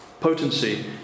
Potency